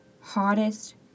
hottest